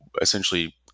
essentially